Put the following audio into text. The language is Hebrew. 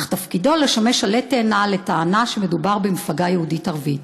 אך תפקידו לשמש עלה תאנה לטענה שמדובר במפלגה יהודית-ערבית.